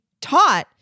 taught